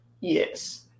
Yes